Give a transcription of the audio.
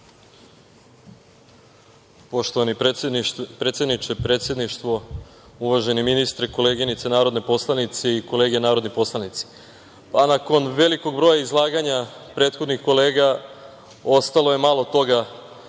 Poštovani predsedniče, predstavništvo, uvaženi ministre, koleginice narodne poslanici i kolege narodni poslanici, pa nakon velikog broja izlaganja prethodnih kolega, ostalo je malo toga